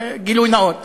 גילוי נאות,